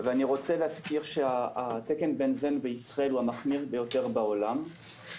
ואני רוצה להזכיר שהתקן בנזן בישראל הוא המחמיר ביותר בעולם.